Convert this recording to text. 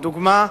לדוגמה,